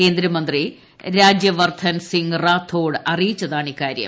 കേന്ദ്ര മന്ത്രി രാജ്യവർദ്ധൻ സിംഗ് റാത്തോഡ് അറിയിച്ചതാണ് ഇക്കാര്യം